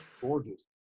gorgeous